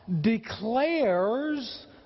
declares